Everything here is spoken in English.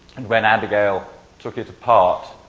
and when abigail took it apart,